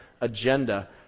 agenda